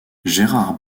gérard